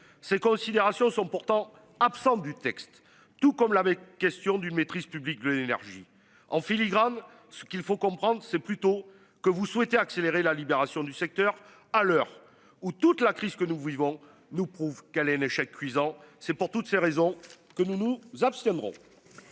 Ces considérations sont pourtant absents du texte, tout comme l'avait question d'une maîtrise publique de l'énergie en filigrane ce qu'il faut comprendre c'est plutôt que vous souhaitez accélérer la libération du secteur à l'heure où toute la crise que nous vivons nous prouve qu'elle un échec cuisant. C'est pour toutes ces raisons que nous nous abstiendrons.